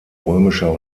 römischer